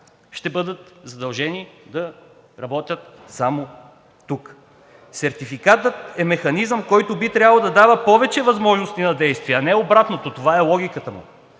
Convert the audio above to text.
ще бъдат задължени да работят само тук. Сертификатът е механизъм, който би трябвало да дава повече възможности за действия, а не обратното – това е логиката му,